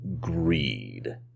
greed